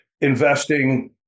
investing